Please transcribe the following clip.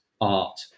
art